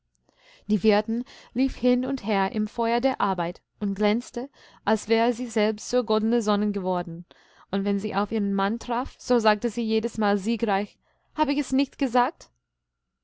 die wirtin lief hin und her im feuer der arbeit und glänzte als wäre sie selbst zur goldenen sonne geworden und wenn sie auf ihren mann traf so sagte sie jedesmal siegreich hab ich's nicht gesagt